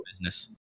business